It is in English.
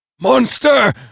Monster